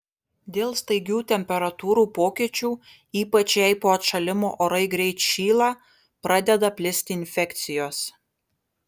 dėl staigių temperatūrų pokyčių ypač jei po atšalimo orai greit šyla pradeda plisti infekcijos